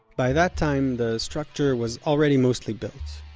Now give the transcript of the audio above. by that time, the structure was already mostly built.